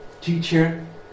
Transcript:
Teacher